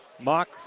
Mock